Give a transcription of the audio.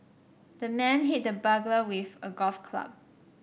the man hit the burglar with a golf club